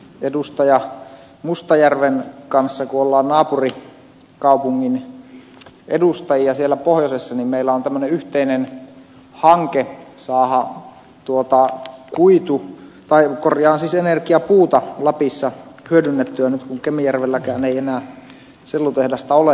edustaja mustajärven kanssa kun olemme naapurikaupungin edustajia siellä pohjoisessa niin meillä on tämmöinen yhteinen hanke saada energiapuuta lapissa hyödynnettyä nyt kun kemijärvelläkään ei enää sellutehdasta ole